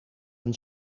een